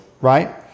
right